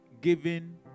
giving